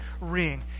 ring